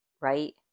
right